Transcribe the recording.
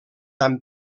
amb